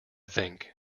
think